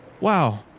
Wow